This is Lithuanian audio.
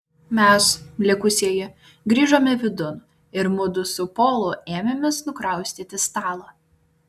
mes likusieji grįžome vidun ir mudu su polu ėmėmės nukraustyti stalą